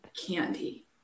candy